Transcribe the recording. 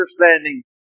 understanding